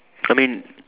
I mean